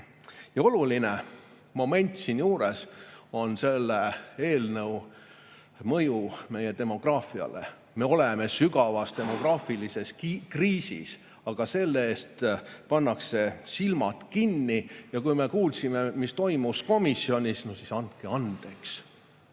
Oluline moment siinjuures on selle eelnõu mõju meie demograafiale. Me oleme sügavas demograafilises kriisis, aga selle ees pannakse silmad kinni. Me kuulsime, mis toimus komisjonis – no andke andeks!